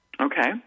Okay